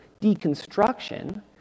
deconstruction